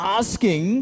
asking